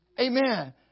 Amen